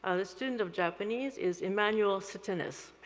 ah the student of japanese is emmanuel sitinas.